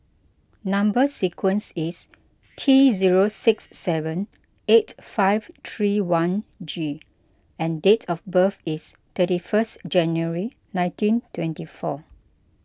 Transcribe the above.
Number Sequence is T zero six seven eight five three one G and date of birth is thirty first January nineteen twenty four